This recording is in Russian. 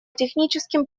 техническим